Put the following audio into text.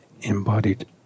embodied